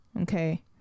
okay